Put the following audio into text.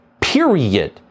period